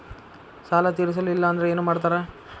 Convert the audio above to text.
ಸಾಲ ತೇರಿಸಲಿಲ್ಲ ಅಂದ್ರೆ ಏನು ಮಾಡ್ತಾರಾ?